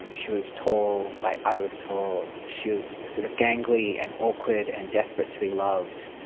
um she was tall like i was tall. she was sort of gangly and awkward and desperate to be loved.